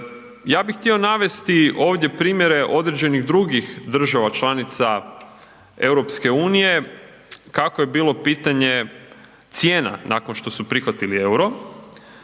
Ja bih htio navesti ovdje primjere određenih drugih država članica EU kako je bilo pitanje cijena nakon što su prihvatili EUR-o.